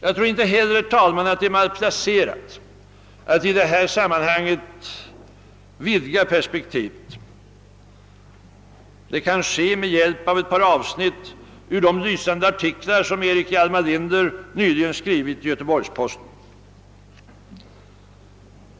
Jag tror inte heller, herr talman, att det är malplacerat att i detta sammanhang vidga perspektivet. Det kan ske med hjälp av ett par avsnitt ur de lysande artiklar som Erik Hjalmar Linder nyligen skrivit i Göteborgs-Posten.